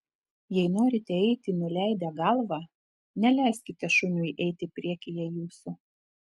jei norite eiti nuleidę galvą neleiskite šuniui eiti priekyje jūsų